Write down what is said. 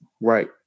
Right